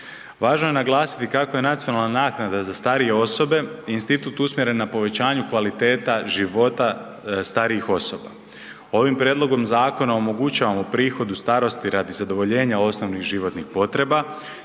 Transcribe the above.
Važno je naglasiti kako je nacionalna naknada za starije osobe institut usmjeren na povećanju kvaliteta života starijih osoba. Ovim prijedlogom zakona omogućavamo prihod u starosti radi zadovoljenja osnovnih životnih potreba